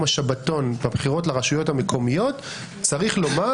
השבתון בבחירות לרשויות המקומיות צריך לומר,